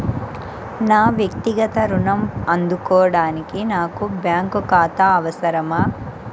నా వక్తిగత ఋణం అందుకోడానికి నాకు బ్యాంక్ ఖాతా అవసరమా?